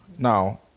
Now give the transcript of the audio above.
Now